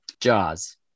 Jaws